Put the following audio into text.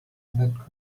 that